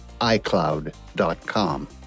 iCloud.com